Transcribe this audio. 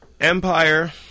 Empire